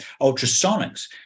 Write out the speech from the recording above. ultrasonics